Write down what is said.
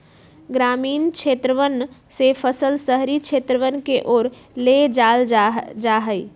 ग्रामीण क्षेत्रवन से फसल शहरी क्षेत्रवन के ओर ले जाल जाहई